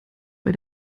bei